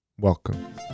welcome